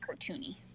cartoony